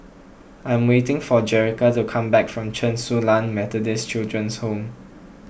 I'm waiting for Jerica to come back from Chen Su Lan Methodist Children's Home